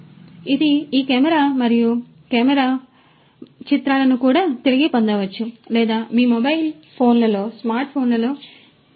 మరియు ఇది ఈ కెమెరా మరియు ఈ కెమెరా మరియు చిత్రాలను కూడా తిరిగి పొందవచ్చు లేదా మీ మొబైల్ ఫోన్లలో స్మార్ట్ ఫోన్లలో ఏమి పొందవచ్చు